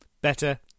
better